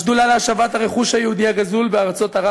השדולה להשבת הרכוש היהודי הגזול בארצות ערב